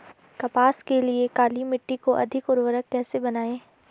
कपास के लिए काली मिट्टी को अधिक उर्वरक कैसे बनायें?